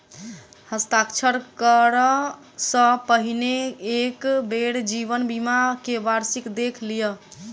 हस्ताक्षर करअ सॅ पहिने एक बेर जीवन बीमा के वार्षिकी देख लिअ